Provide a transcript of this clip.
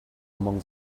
among